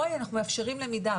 פה אנחנו מאפשרים למידה,